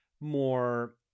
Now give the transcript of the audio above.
more